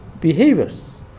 behaviors